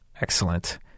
Excellent